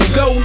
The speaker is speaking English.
go